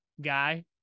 guy